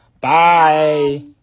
Bye